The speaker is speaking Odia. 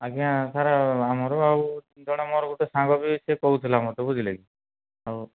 ଆଜ୍ଞା ସାର୍ ଆମର ଆଉ ଜଣେ ମୋର ଗୋଟିଏ ସାଙ୍ଗ ବି ସେ କହୁଥିଲା ମୋତେ ବୁଝିଲେକି ଆଉ